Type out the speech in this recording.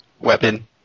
weapon